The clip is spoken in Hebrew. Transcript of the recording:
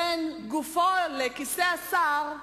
בין גופו לכיסא השר,